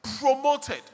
promoted